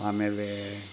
ಆಮೇಲೆ